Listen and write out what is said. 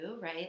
right